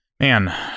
Man